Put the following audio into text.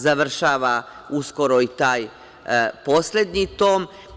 Završava uskoro i taj poslednji tom.